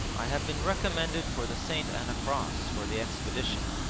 i have been recommended for the st. anna cross for the expedition.